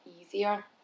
easier